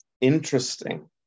interesting